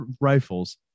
rifles